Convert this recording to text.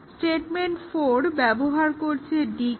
statement 4 ব্যবহার করছে d কে